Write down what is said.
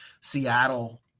Seattle